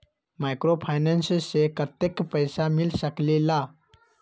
Microfinance से कतेक पैसा मिल सकले ला?